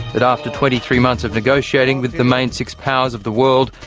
that after twenty three months of negotiating with the main six powers of the world,